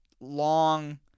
long